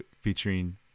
featuring